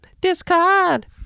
Discard